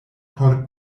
por